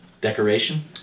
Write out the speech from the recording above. decoration